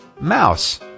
mouse